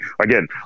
again